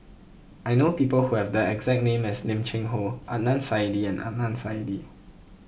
I know people who have the exact name as Lim Cheng Hoe Adnan Saidi and Adnan Saidi